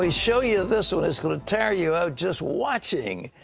ah show you this one, it's going to tire you out just watching.